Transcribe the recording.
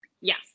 Yes